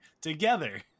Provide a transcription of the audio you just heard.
together